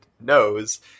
knows